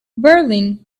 berlin